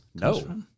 No